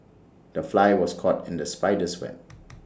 the fly was caught in the spider's web